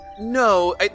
no